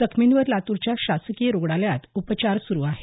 जखमींवर लातूरच्या शासकीय रुग्णालयात उपचार सुरु आहेत